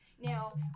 Now